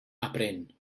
aprén